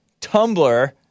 Tumblr